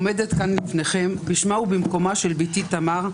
עומדת כאן לפניכם בשמה ובמקומה של בתי תמר,